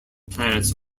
planets